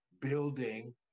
building